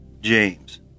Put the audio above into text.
James